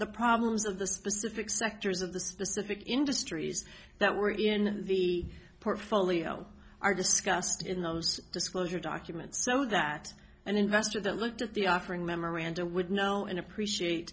the problems of the specific sectors of the specific industries that were in the portfolio are discussed in those disclosure documents so that an investor that looked at the offering memoranda would know and appreciate